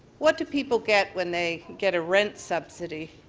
what do people get when they get a rent subsidy?